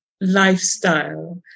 lifestyle